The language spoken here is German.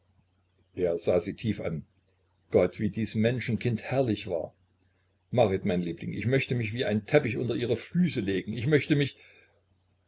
er sah sie tief an gott wie dies menschenkind herrlich war marit mein liebling ich möchte mich wie ein teppich unter ihre füße legen ich möchte mich